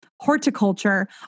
horticulture